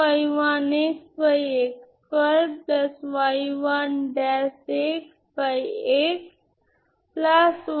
যদি মনে থাকে y 2xyα α1 y 0 1 x 1 তাই এটি হল আমাদের লেজেন্ড্রে ইকুয়েশন